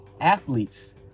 athletes